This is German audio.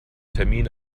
termin